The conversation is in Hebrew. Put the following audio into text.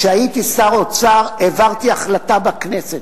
כשהייתי שר האוצר העברתי החלטה בכנסת,